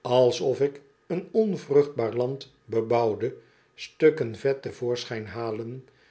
alsof ik een onvruchtbaar land bebouwde stukken vet te voorschijn halen